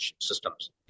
systems